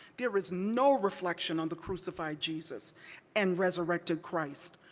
there is no reflection on the crucified jesus and resurrected christ.